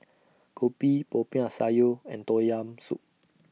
Kopi Popiah Sayur and Tom Yam Soup